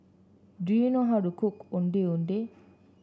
do you know how to cook Ondeh Ondeh